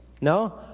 No